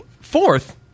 Fourth